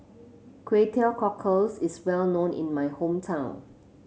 Kway Teow Cockles is well known in my hometown